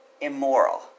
Immoral